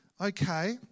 okay